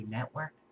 Network